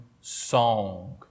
song